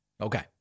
Okay